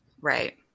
Right